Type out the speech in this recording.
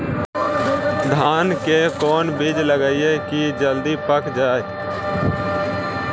धान के कोन बिज लगईयै कि जल्दी पक जाए?